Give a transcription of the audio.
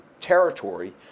territory